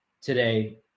today